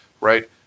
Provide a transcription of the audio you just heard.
right